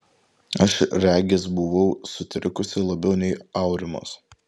aš regis buvau sutrikusi labiau nei aurimas